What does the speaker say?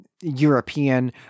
European